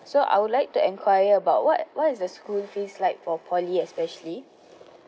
so I would like to inquire about what what is the school fees like for poly especially